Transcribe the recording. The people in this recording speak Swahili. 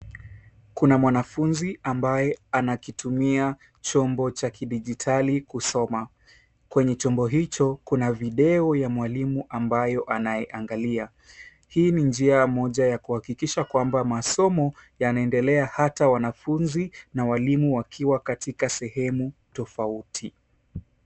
Kuna mwanafunzi ambaye anakitumia chombo cha kidijitali kusoma. Kwenye chombo hicho kuna video ya mwalimu ambayo anayeangalia. Hii ni njia moja ya kuhakikisha kwamba masomo yanaendelea hata wanafunzi na walimu wakiwa katika sehemu tofauti.